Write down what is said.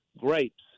grapes